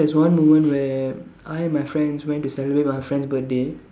there's one woman where I and my friends went to celebrate my friend's birthday